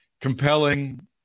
compelling